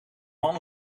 man